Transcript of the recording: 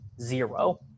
zero